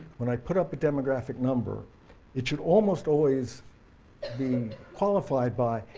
when i put up a demographic number it should almost always be and qualified by,